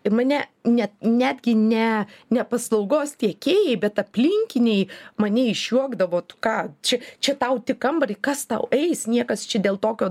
ir mane net netgi ne ne paslaugos tiekėjai bet aplinkiniai mane išjuokdavo tu ką čia čia tau tik kambarį kas tau eis niekas čia dėl tokio